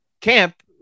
camp